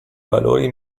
valori